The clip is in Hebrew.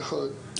נכון, נכון.